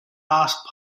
past